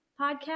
podcast